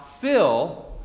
fill